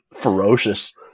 Ferocious